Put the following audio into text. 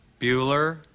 Bueller